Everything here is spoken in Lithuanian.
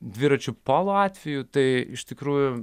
dviračių polo atveju tai iš tikrųjų